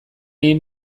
egin